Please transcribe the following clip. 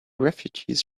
refugees